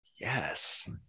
Yes